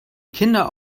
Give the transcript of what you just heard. kinder